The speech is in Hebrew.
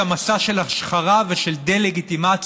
גם מסע של השחרה ושל דה-לגיטימציה